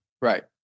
Right